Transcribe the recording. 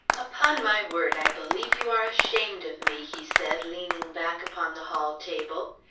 upon my word i believe you are ashamed of me, he said leaning back upon the hall table.